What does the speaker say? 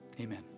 amen